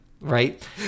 Right